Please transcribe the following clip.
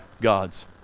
God's